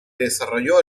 desarrolló